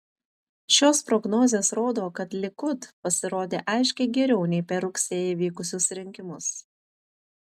šios prognozės rodo kad likud pasirodė aiškiai geriau nei per rugsėjį vykusius rinkimus